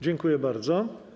Dziękuję bardzo.